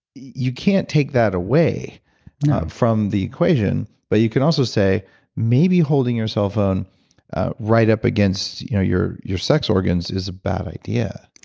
you can't take that away from the equation, but you can also say maybe holding your cell phone right up against you know your your sex organs is a bad idea.